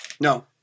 no